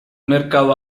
mercado